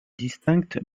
distinctes